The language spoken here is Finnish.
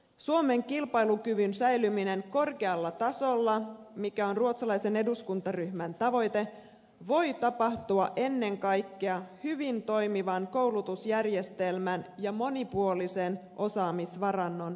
suomen kilpailukyvyn säilyminen korkealla tasolla mikä on ruotsalaisen eduskuntaryhmän tavoite voi tapahtua ennen kaikkea hyvin toimivan koulutusjärjestelmän ja monipuolisen osaamisvarannon myötä